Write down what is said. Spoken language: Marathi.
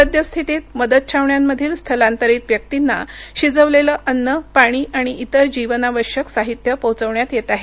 सद्यस्थितीत मदत कॅम्पमधील स्थलांतरीत व्यक्तींना शिजवलेलं अन्न पाणी आणि इतर जीवनावश्यक साहित्य पोहोचवण्यात येत आहे